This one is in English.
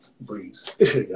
Breeze